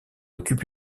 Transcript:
occupe